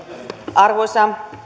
arvoisa